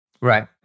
Right